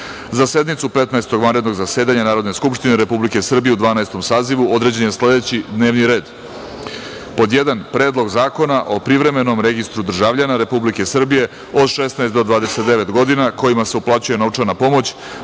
Petnaestog vanrednog zasedanja Narodne skupštine Republike Srbije u Dvanaestom sazivu, određen je sledećiD n e v n i r e d:1. Predlog zakona o Privremenom registru državljana Republike Srbije od 16 do 29 godina kojima se uplaćuje novčana pomoć